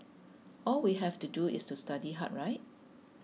all we have to do is to study hard right